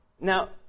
Now